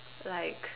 like